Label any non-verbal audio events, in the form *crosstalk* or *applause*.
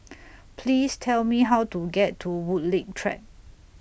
*noise* Please Tell Me How to get to Woodleigh Track